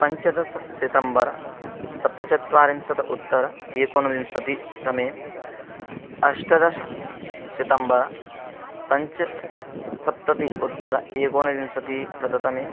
पञ्चदश सितम्बर् सप्तचत्वारिंशत् उत्तर एकोनविंशतितमे अष्टदश सितम्बर पञ्चसप् सप्तति उत्तर एकोनविंशतिशततमे